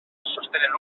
sostenen